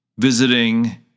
visiting